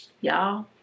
Y'all